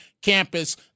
campus